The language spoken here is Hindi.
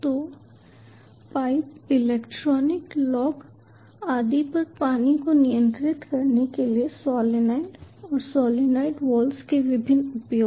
तो पाइप इलेक्ट्रॉनिक लॉक आदि पर पानी को नियंत्रित करने के लिए सोलनॉइड और सोलनॉइड वॉल्स के विभिन्न उपयोग